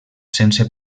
sense